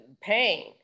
pain